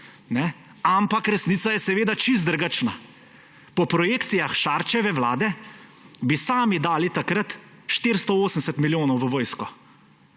Ampak resnica je seveda čisto drugačna. Po projekcijah Šarčeve vlade bi sami dali takrat 480 milijonov v vojsko.